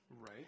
Right